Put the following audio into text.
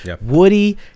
Woody